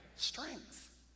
Strength